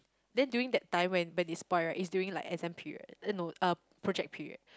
then during that time when when it spoiled right it's during like exam period eh no uh project period